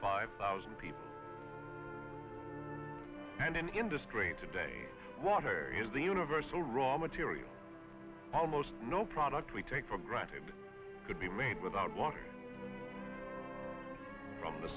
five thousand people and in industry today water is the universal raw material almost no product we take for granted could be made without water from the